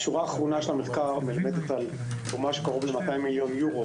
השורה התחתונה של המחקר מלמדת על תרומה של קרוב ל-200 מיליון אירו